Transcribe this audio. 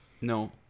No